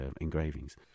engravings